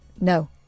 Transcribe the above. No